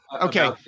Okay